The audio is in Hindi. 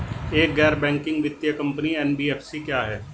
एक गैर बैंकिंग वित्तीय कंपनी एन.बी.एफ.सी क्या है?